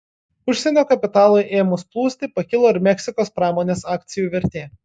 užsienio kapitalui ėmus plūsti pakilo ir meksikos pramonės akcijų vertė